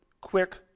quick